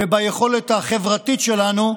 וביכולת החברתית שלנו,